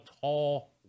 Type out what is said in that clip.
tall